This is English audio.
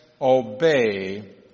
obey